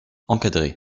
encadré